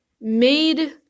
made